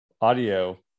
audio